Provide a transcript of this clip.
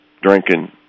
drinking